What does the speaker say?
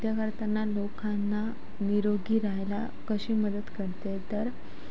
नृत्य करताना लोकांना निरोगी राहायला कशी मदत करते तर